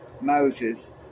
Moses